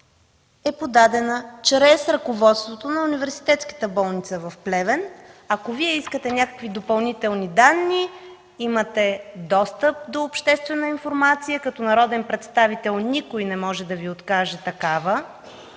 е подадена чрез ръководството на Университетската болница в Плевен. Ако Вие искате някакви допълнителни данни, имате достъп до обществена информация. Като народен представител никой не може да Ви откаже такава,